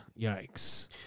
Yikes